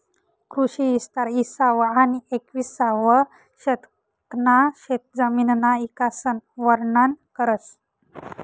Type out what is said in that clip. कृषी इस्तार इसावं आनी येकविसावं शतकना शेतजमिनना इकासन वरनन करस